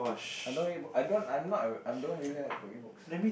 I don't read book I don't I'm not a I don't really like to read books